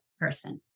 person